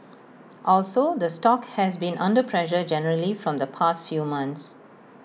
also the stock has been under pressure generally from the past few months